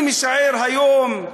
אני משער היום,